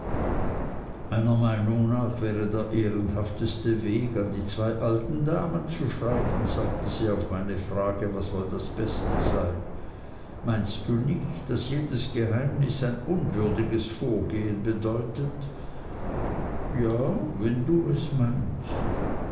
meiner meinung nach wäre der ehrenhafteste weg an die zwei alten damen zu schreiben sagte sie auf meine frage was wohl das beste sei meinst du nicht auch daß jedes geheimnis ein unwürdiges vorgehen bedeutet ja wenn du es meinst